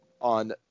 on